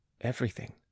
everything